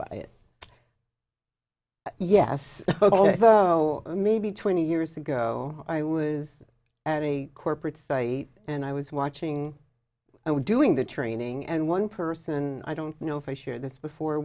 by it yes ok so maybe twenty years ago i was at a corporate site and i was watching i was doing the training and one person i don't know if i shared this before